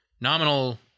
Nominal